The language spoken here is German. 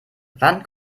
wann